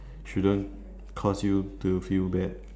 shouldn't cause you to feel bad